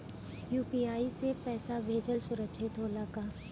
UPI से पैसा भेजल सुरक्षित होला का?